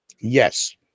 Yes